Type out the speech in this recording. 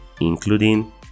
including